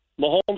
Mahomes